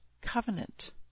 covenant